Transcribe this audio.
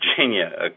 Virginia